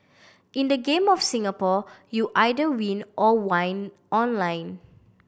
in the game of Singapore you either win or whine online